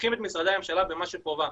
מנחים את משרדי הממשלה במה שחובה.